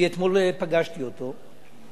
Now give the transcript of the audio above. אני פגשתי אותו אתמול,